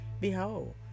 Behold